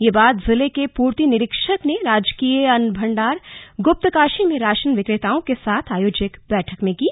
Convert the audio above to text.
यह बात जिले के पूर्ति निरीक्षक ने राजकीय अन्न भण्डार गुप्तकाशी में राशन विक्रेताओं के साथ आयोजित बैठक में कही